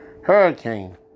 Hurricane